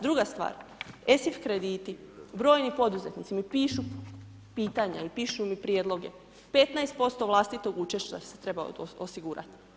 Druga stvar ESI krediti, brojni poduzetnici mi pišu pitanja i pišu mi prijedloge, 15% vlastitog učešća se trebalo osigurati.